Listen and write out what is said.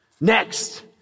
next